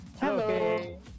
Hello